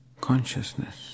consciousness